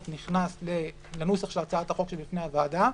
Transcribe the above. נכנס לנוסח של הצעת החוק שלפני הוועדה,